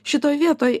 šitoj vietoj